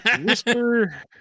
whisper